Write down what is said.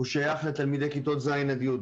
הוא שייך לתלמידי כיתות ז' עד י'.